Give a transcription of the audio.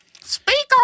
speak